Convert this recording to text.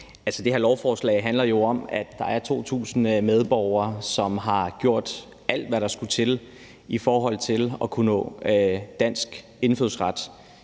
det her lovforslag handler jo om, at der er 2.000 medborgere, som har gjort alt, hvad der skulle til, i forhold til at kunne opnå dansk indfødsret.